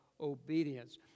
obedience